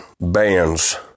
bands